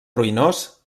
ruïnós